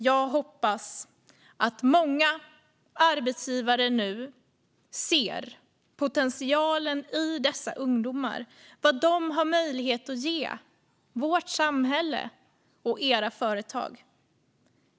Jag hoppas att många arbetsgivare nu ser potentialen i dessa ungdomar och vad de har möjlighet att ge vårt samhälle och deras företag.